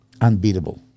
unbeatable